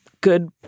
good